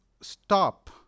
stop